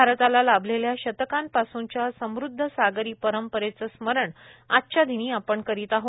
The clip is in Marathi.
भारताला लाभलेल्या शतकांपासूनच्या समुद्ध सागरी परंपरेचे स्मरण आजच्या दिनी आपण करीत आहे